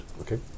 Okay